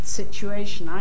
situation